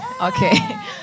Okay